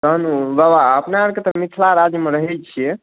कहलहुँ बाबा अपना आओरके तऽ मिथिला राज्यमे रहैत छियै